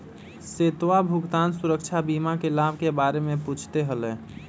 श्वेतवा भुगतान सुरक्षा बीमा के लाभ के बारे में पूछते हलय